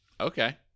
Okay